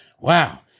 Wow